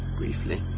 briefly